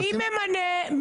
מי ממנה?